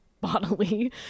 bodily